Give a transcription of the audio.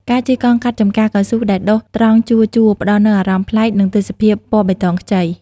ការជិះកង់កាត់ចំការកៅស៊ូដែលដុះត្រង់ជួរៗ ផ្តល់នូវអារម្មណ៍ប្លែក និងទេសភាពពណ៌បៃតងខ្ចី។